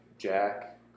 Jack